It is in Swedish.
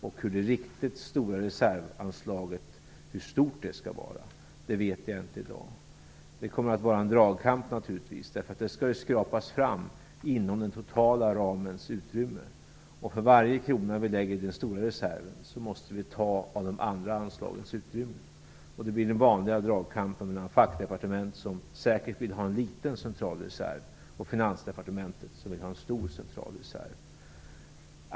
Hur stort det riktigt stora reservanslaget skall vara vet jag inte i dag. Det kommer naturligtvis att bli en dragkramp, eftersom reserven skall skrapas ihop inom den totala ramens utrymme. För varje krona som vi lägger till den stora reserven måste vi ta av de andra anslagens utrymme. Det blir den vanliga dragkampen mellan fackdepartement som säkert vill ha en liten central reserv och Finansdepartementet som vill ha en stor central reserv.